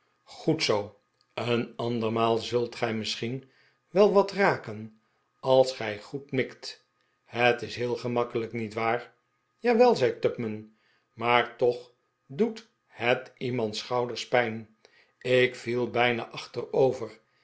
goed zoo een andermaal zult gij misschien wel wat raken als gij goed mikt het is heel gemakkelijk niet waar jawel zei tuprham maar toch doet het iemands schouders pijn ik viel bijna achterover